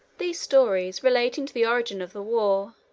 these stories relating to the origin of the war,